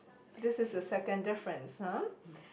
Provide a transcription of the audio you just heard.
this is a second difference ha